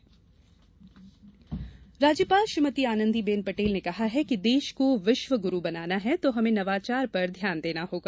राज्यपाल राज्यपाल श्रीमती आनंदीबेन पटेल ने कहा है कि देश को विश्व गुरू बनाना है तो हमें नवाचार पर ध्यान देना होगा